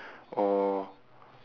or